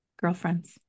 girlfriends